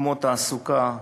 כמו תעסוקה,